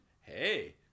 Hey